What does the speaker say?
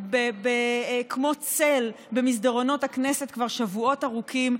כמו צל במסדרונות הכנסת כבר שבועות ארוכים,